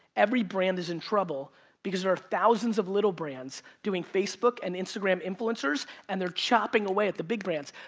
every brand is in trouble because there are thousands of little brands doing facebook and instagram influencers, and they're chopping away at the big brands.